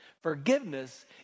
Forgiveness